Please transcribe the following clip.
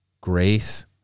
grace